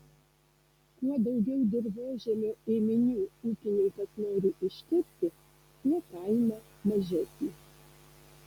kuo daugiau dirvožemio ėminių ūkininkas nori ištirti tuo kaina mažesnė